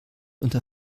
unter